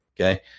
Okay